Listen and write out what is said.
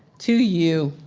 to you.